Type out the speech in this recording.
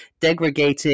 degrading